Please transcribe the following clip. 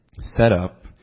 setup